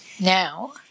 Now